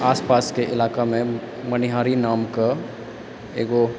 आसपासके इलाकामे मनिहारी नामके एगो